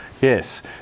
yes